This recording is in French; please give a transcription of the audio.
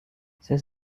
ces